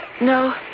No